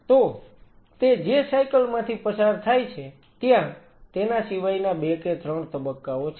તો તે જે સાયકલ માંથી પસાર થાય છે ત્યાં તેના સિવાયના 2 કે 3 તબક્કાઓ છે